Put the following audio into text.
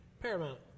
Paramount